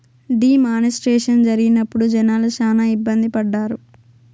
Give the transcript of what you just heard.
D మానిస్ట్రేషన్ జరిగినప్పుడు జనాలు శ్యానా ఇబ్బంది పడ్డారు